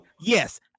yes